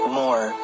more